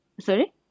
Sorry